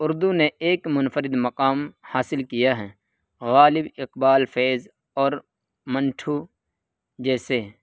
اردو نے ایک منفرد مقام حاصل کیا ہے غالب اقبال فیض اور منٹو جیسے